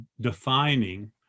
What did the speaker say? defining